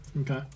Okay